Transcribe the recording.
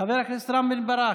חבר הכנסת רם בן ברק,